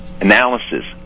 analysis